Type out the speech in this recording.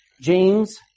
James